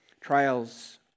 Trials